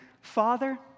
father